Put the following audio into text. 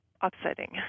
upsetting